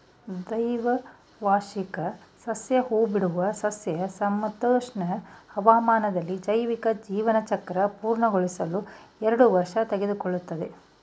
ದ್ವೈವಾರ್ಷಿಕ ಸಸ್ಯ ಹೂಬಿಡುವ ಸಸ್ಯ ಸಮಶೀತೋಷ್ಣ ಹವಾಮಾನದಲ್ಲಿ ಜೈವಿಕ ಜೀವನಚಕ್ರ ಪೂರ್ಣಗೊಳಿಸಲು ಎರಡು ವರ್ಷ ತೆಗೆದುಕೊಳ್ತದೆ